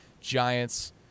Giants